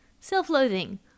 Self-loathing